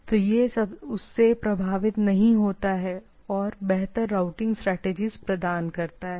तो यह प्रभावित नहीं होता है या बेहतर रूटिंग स्ट्रैटेजिस हो सकती हैं